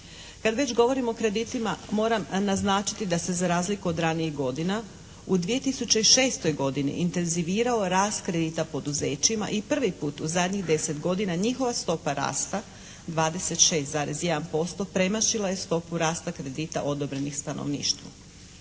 Kad već govorim o kreditima moram naznačiti da se za razliku od ranijih godina u 2006. godini intenzivirao rast kredita poduzećima i prvi put u zadnjih 10 godina njihova stopa rasta 26,1% premašila je stopu rasta kredita odobrenih stanovništvu.